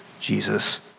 Jesus